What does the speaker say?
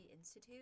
Institute